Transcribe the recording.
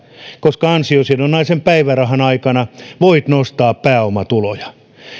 koska ansiosidonnaisen päivärahan aikana voit nostaa pääomatuloja